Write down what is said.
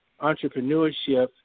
entrepreneurship